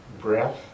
breath